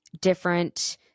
different